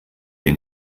den